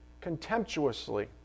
contemptuously